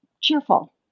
cheerful